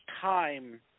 time